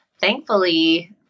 thankfully